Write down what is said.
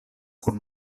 kun